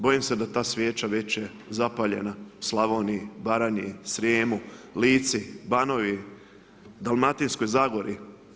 Bojim se da je ta svijeća već zapaljena u Slavoniji, Baranji, Srijemu, Lici, Banovini, Dalmatinskoj zagori.